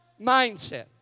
mindset